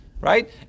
right